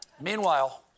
Meanwhile